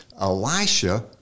Elisha